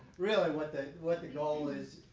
really what the what the goal is,